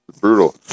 Brutal